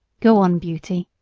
go on, beauty,